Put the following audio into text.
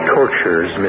tortures